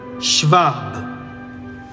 Schwab